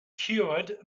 cured